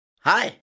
Hi